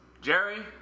Jerry